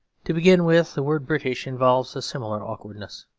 to begin with, the word british involves a similar awkwardness.